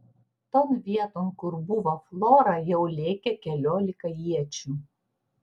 ton vieton kur buvo flora jau lėkė keliolika iečių